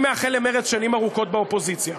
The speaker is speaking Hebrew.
אני מאחל למרצ שנים ארוכות באופוזיציה,